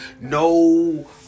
no